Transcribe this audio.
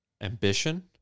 ambition